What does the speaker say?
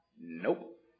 Nope